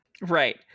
Right